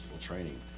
training